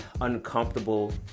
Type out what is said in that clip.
uncomfortable